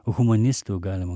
humanistų galima